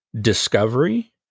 discovery